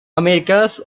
americas